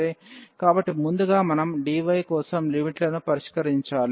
కాబట్టి ముందుగా మనం dy కోసం లిమిట్లను పరిష్కరించాలి